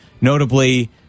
notably